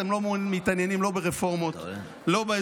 אתם לא מתעניינים לא ברפורמות, לא באזרחים.